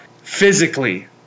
physically